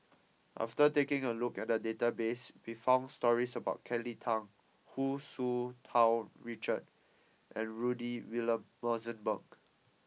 after taking a look at the database we found stories about Kelly Tang Hu Tsu Tau Richard and Rudy William Mosbergen